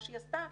מה שהיא עשתה,